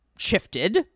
shifted